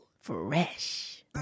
fresh